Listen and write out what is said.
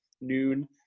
noon